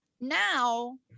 now